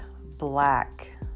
black